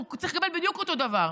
הוא צריך לקבל בדיוק אותו הדבר.